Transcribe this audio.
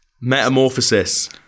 Metamorphosis